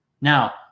Now